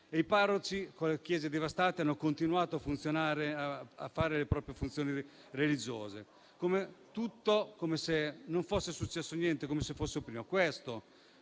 I parroci, con le chiese devastate, hanno continuato a fare le proprie funzioni religiose, come se non fosse successo niente, come se fosse tutto